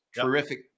Terrific